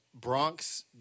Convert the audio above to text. Bronx